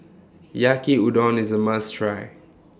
Yaki Udon IS A must Try